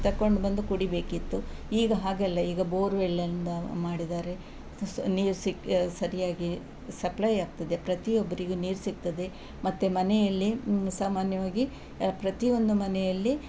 ತಕ್ಕೊಂಡು ಬಂದು ಕುಡಿಬೇಕಿತ್ತು ಈಗ ಹಾಗಲ್ಲ ಈಗ ಬೋರ್ವೆಲ್ ಎಂದು ಮಾಡಿದ್ದಾರೆ ನೀರು ಸಿಕ್ಕು ಸರಿಯಾಗಿ ಸಪ್ಲೈ ಆಗ್ತದೆ ಪ್ರತಿಯೊಬ್ಬರಿಗೂ ನೀರು ಸಿಗ್ತದೆ ಮತ್ತೆ ಮನೆಯಲ್ಲಿ ಸಾಮಾನ್ಯವಾಗಿ ಪ್ರತಿಯೊಂದು ಮನೆಯಲ್ಲಿ